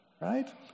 right